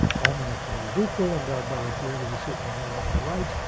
all men are created equal, endowed by their creator with certain unalienable rights.